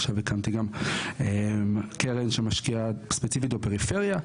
עכשיו הקמתי גם קרן שמשקיעה ספציפית בפריפריה,